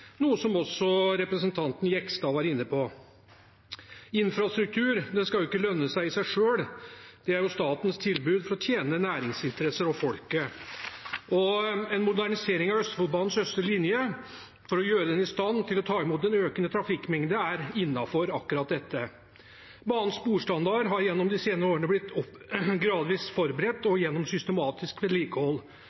noe som også representanten Jegstad var inne på. Infrastruktur skal ikke lønne seg i seg selv – det er statens tilbud for å tjene næringsinteresser og folk. En modernisering av Østfoldbanens østre linje for å gjøre den i stand til å ta imot en økende trafikkmengde er innenfor akkurat dette. Banens sporstandard har gjennom de senere årene blitt gradvis forbedret gjennom systematisk vedlikehold.